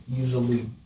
easily